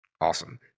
awesome